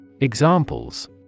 Examples